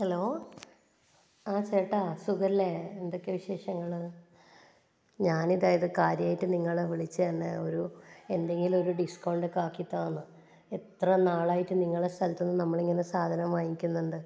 hello ആ ചേട്ടാ സുഖമല്ലേ എന്തൊക്കെ വിശേഷങ്ങൾ ഞാൻ അതായത് കാര്യമായിട്ട് നിങ്ങളെ വിളിച്ചത് തന്നെ ഒരു എന്തെങ്കിലും ഒരു ഡിസ്കൗണ്ട് ആക്കി താന്ന് എത്ര നാളായിട്ട് നിങ്ങളെ സ്ഥലത്തുനിന്ന് നമ്മളിങ്ങനെ സാധനം വാങ്ങിക്കുന്നുണ്ട്